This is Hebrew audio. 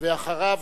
אחריו,